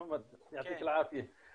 תציג את עצמך, כמובן.